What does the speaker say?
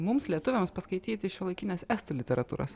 mums lietuviams paskaityti šiuolaikinės estų literatūros